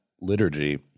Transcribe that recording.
liturgy